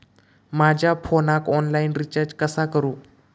माझ्या फोनाक online recharge कसा करू?